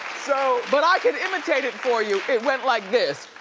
so but i can imitate it for you, it went like this.